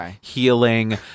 healing